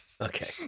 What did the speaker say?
Okay